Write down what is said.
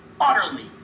utterly